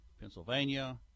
Pennsylvania